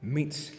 Meets